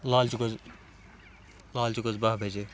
لال چوک حٕظ لال چوک حٕظ بہہ بجے